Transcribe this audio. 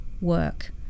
work